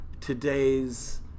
today's